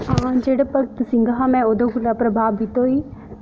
हां जेह्ड़ा भगत सिंह हा में ओह्दे कोला प्रभावत होई